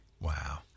Wow